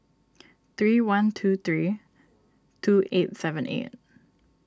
three one two three two eight seven eight